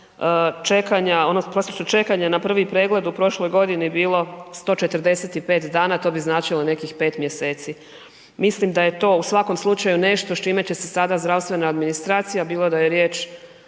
čekanje odnosno prosječno čekanje na prvi pregled u prošloj godini bilo 145 dana, to bi značilo nekih 5 mjeseci. Mislim da je to u svakom slučaju nešto s čime će se sada zdravstvena administracija, bilo da je riječ